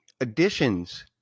additions